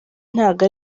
ntago